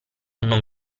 non